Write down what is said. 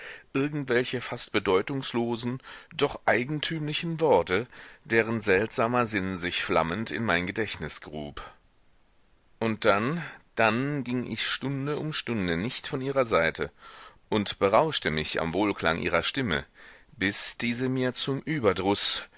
irgendwelche fast bedeutungslosen doch eigentümlichen worte deren seltsamer sinn sich flammend in mein gedächtnis grub und dann dann ging ich stunde um stunde nicht von ihrer seite und berauschte mich am wohlklang ihrer stimme bis diese mir zum überdruß